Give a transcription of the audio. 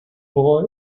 boy